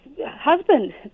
husband